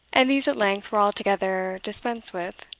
and these at length were altogether dispensed with,